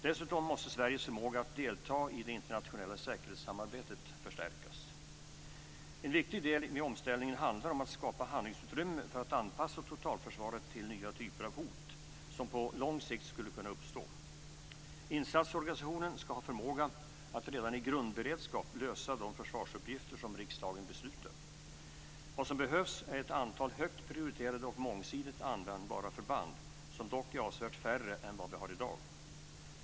Dessutom måste Sveriges förmåga att delta i det internationella säkerhetssamarbetet förstärkas. En viktig del i omställningen handlar om att skapa handlingsutrymme för att anpassa totalförsvaret till nya typer av hot, som på lång sikt skulle kunna uppstå. Insatsorganisationen ska ha förmåga att redan i grundberedskap lösa de försvarsuppgifter som riksdagen beslutar. Vad som behövs är ett antal högt prioriterade och mångsidigt användbara förband, som dock är avsevärt färre än vad vi har i dag.